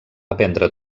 aprendre